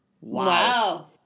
Wow